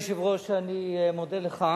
אדוני היושב-ראש, אני מודה לך,